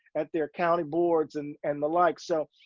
at their county boards and and the like, so,